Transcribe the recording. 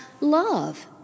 love